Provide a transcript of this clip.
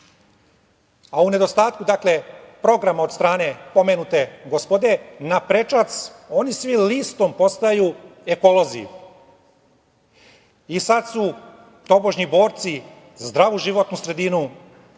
a u nedostatku programa od strane pomenute gospode, na prečac oni svi listom postaju ekolozi i sad su tobožnji borci za zdravu životnu sredinu,